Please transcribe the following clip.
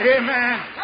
Amen